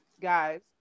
guys